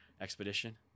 expedition